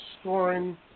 scoring